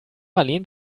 marleen